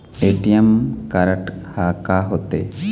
ATM card हा का होते?